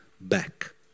back